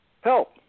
Help